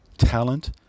talent